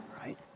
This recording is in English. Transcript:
right